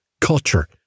culture